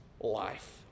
life